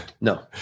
No